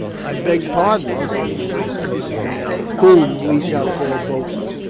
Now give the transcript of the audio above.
i b pardon, said the waistcoated man, whom we shall call boatswain.